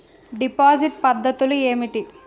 Deposit పద్ధతులు ఏమిటి?